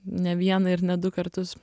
ne vieną ir ne du kartus